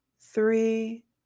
three